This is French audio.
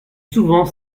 souvent